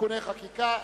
(תיקוני חקיקה)